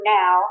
now